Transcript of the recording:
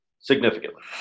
significantly